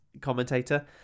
commentator